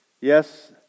Yes